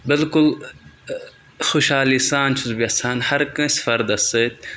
بِلکُل خُشحالی سان چھُس بہٕ یژھان ہر کٲنٛسہِ فردَس سۭتۍ